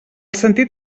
sentit